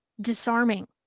disarming